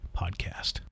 podcast